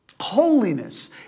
Holiness